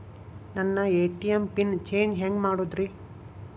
ನನ್ನ ATM PIN change ಹೆಂಗ್ ಮಾಡೋದ್ರಿ?